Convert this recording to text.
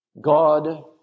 God